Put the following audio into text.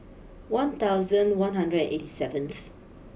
one thousand one hundred and eighty seventh